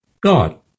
God